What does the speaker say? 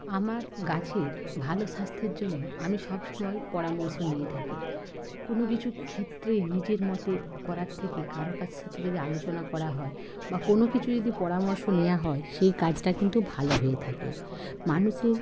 আমার গাছের ভালো স্বাস্থ্যের জন্য আমি সবসময় পরামর্শ নিয়ে থাকি কোনও কিছু ক্ষেত্রে নিজের মতে করার থেকে কারও কাছ সাথে যদি আলোচনা করা হয় বা কোনও কিছু যদি পরামর্শ নেওয়া হয় সেই কাজটা কিন্তু ভালো হয়ে থাকে মানুষের